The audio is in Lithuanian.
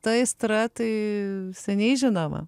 ta aistra tai seniai žinoma